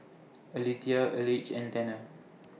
Alethea Elige and Tanner